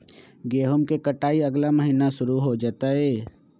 गेहूं के कटाई अगला महीना शुरू हो जयतय